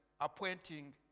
appointing